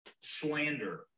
slander